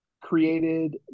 created